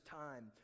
time